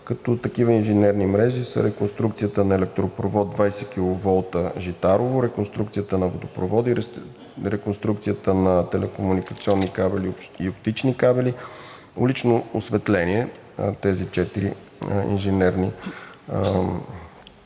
като такива инженерни мрежи са реконструкцията на електропровод 20 kV в Житарово, реконструкцията на водопроводи, реконструкцията на телекомуникационни кабели и оптични кабели, улично осветление на тези четири инженерни мрежи.